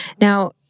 Now